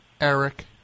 Eric